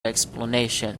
explanation